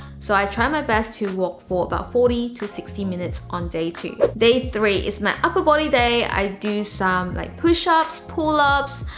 so i try my best to walk for about forty to sixty minutes on day two. day three is my upper body day. i do some like push-ups, pull-ups,